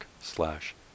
slash